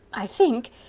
i think,